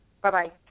Bye-bye